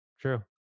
true